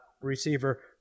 receiver